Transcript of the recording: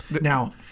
Now